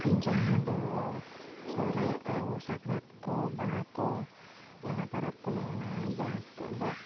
ᱡᱟᱦᱟᱸ ᱫᱚ ᱥᱚᱦᱚᱨᱟᱭ ᱠᱚ ᱥᱟᱠᱨᱟᱛ ᱠᱚ ᱵᱟᱦᱟ ᱠᱚ ᱚᱱᱟ ᱯᱚᱨᱚᱵᱽ ᱠᱚᱞᱮ ᱢᱟᱱᱟᱣᱟ ᱡᱟᱦᱟᱸ ᱛᱮᱫᱚ